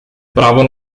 právo